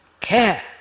care